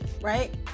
right